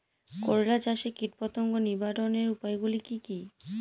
করলা চাষে কীটপতঙ্গ নিবারণের উপায়গুলি কি কী?